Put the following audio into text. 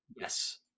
Yes